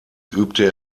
übte